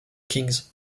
kings